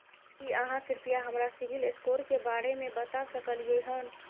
की आहाँ कृपया हमरा सिबिल स्कोर के बारे में बता सकलियै हन?